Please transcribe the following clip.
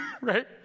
right